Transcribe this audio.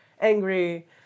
angry